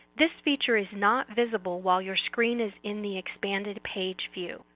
this feature is not visible while your screen is in the expanded page view.